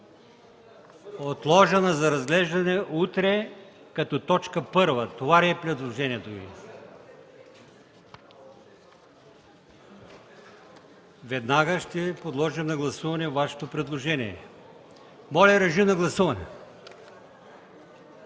отложена за разглеждане за утре като точка първа. Това ли е предложението Ви? Веднага ще подложа на гласуване Вашето предложение. Моля, гласувайте.